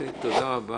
תודה רבה,